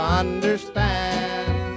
understand